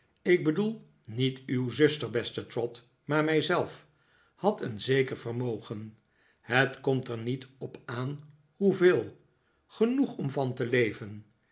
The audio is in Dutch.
ik bedoel niet uw zuster beste trot maar mij zelf had een zeker vermogen het komt er niet op aan hoeveel genoeg om van te leven